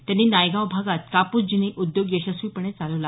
त्यांनी नायगाव भागात कापूस जिनिंग उद्योग यशस्वी पणे चालवला